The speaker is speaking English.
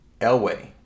elway